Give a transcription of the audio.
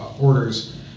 orders